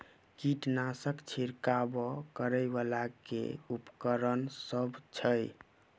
कीटनासक छिरकाब करै वला केँ उपकरण सब छै?